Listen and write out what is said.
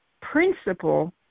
principle